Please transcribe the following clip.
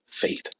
faith